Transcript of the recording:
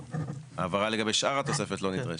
הבהרה לגבי שאר התוספת לא נדרשת.